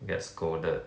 get scolded